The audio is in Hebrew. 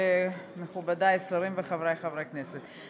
מכובדי השרים וחברי חברי הכנסת,